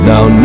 Now